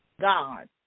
God